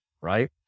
Right